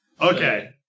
Okay